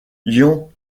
ian